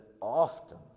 often